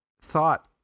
thought